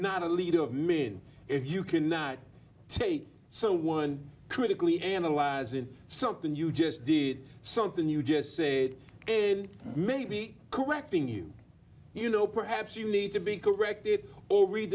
not a leader of mean if you cannot take so one critically analyze in something you just did something you just say it and may be correcting you you know perhaps you need to be corrected or re